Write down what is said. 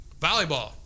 Volleyball